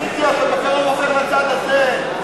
אתה בוחר לצד הזה.